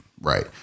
Right